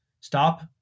Stop